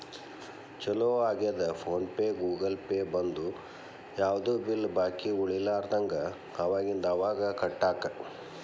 ಚೊಲೋ ಆಗ್ಯದ PhonePe Google Pay ಬಂದು ಯಾವ್ದು ಬಿಲ್ ಬಾಕಿ ಉಳಿಲಾರದಂಗ ಅವಾಗಿಂದ ಅವಾಗ ಕಟ್ಟಾಕ